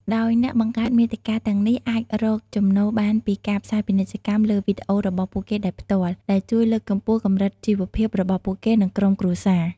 ដោយអ្នកបង្កើតមាតិកាទាំងនេះអាច រកចំណូលបានពីការផ្សាយពាណិជ្ជកម្មលើវីដេអូរបស់ពួកគេដោយផ្ទាល់ ដែលជួយលើកកម្ពស់កម្រិតជីវភាពរបស់ពួកគេ និងក្រុមគ្រួសារ។